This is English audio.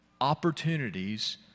opportunities